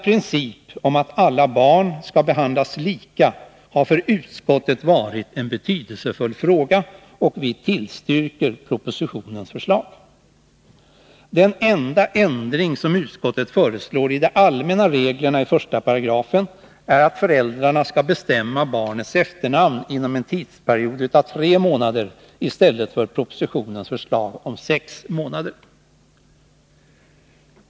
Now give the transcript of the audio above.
Principen att alla barn skall behandlas lika har för utskottet varit av stor betydelse, och vi tillstyrker propositionens förslag. Den enda ändring som utskottet föreslår i de allmänna reglerna i 1 § är att föräldrarna skall bestämma barnets efternamn inom en tidsperiod av tre månader i stället för, som föreslås i propositionen, sex månader.